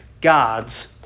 God's